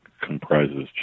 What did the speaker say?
comprises